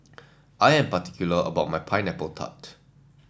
I am particular about my Pineapple Tart